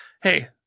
hey